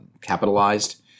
capitalized